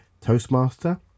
Toastmaster